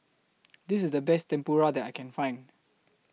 This IS The Best Tempura that I Can Find